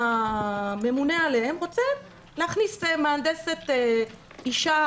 הממונה עליהם רוצה להכניס מהנדסת אישה,